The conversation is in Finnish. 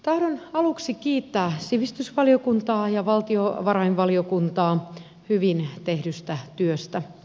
tahdon aluksi kiittää sivistysvaliokuntaa ja valtiovarainvaliokuntaa hyvin tehdystä työstä